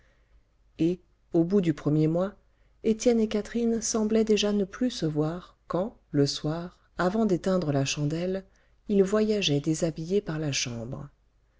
et au bout du premier mois étienne et catherine semblaient déjà ne plus se voir quand le soir avant d'éteindre la chandelle ils voyageaient déshabillés par la chambre